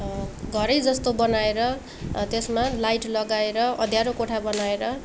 घरै जस्तो बनाएर त्यसमा लाइट लगाएर अँध्यारो कोठा बनाएर